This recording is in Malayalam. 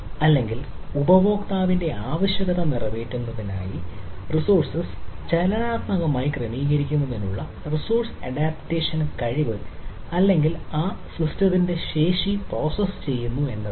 അല്ലെങ്കിൽ ഉപയോക്താവിന്റെ ആവശ്യകത നിറവേറ്റുന്നതിനായി റിസോഴ്സ്സ് ചലനാത്മകമായി ക്രമീകരിക്കുന്നതിനുള്ള റിസോഴ്സ് അഡാപ്റ്റേഷൻ കഴിവ് അല്ലെങ്കിൽ ആ സിസ്റ്റത്തിന്റെ ശേഷി പ്രോസസ്സ് ചെയ്യുന്നു എന്നതാണ്